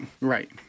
right